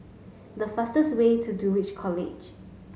the fastest way to Dulwich College